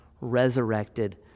resurrected